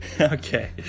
Okay